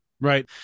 Right